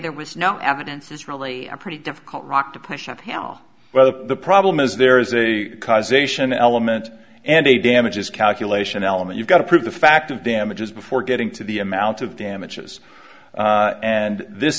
there was no evidence it's really a pretty difficult rock to push uphill whether the problem is there is a causation element and a damages calculation element you've got to prove the fact of damages before getting to the amount of damages and this